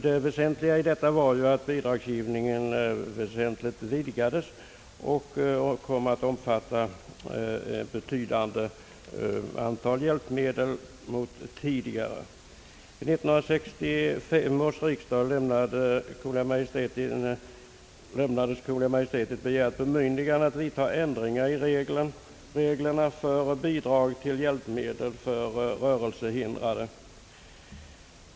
Det väsentliga i detta var att bidragsgivningen avsevärt vidgades och kom att omfatta ett betydande antal hjälpmedel i jämförelse med tidigare. medel för rörelsehindrade.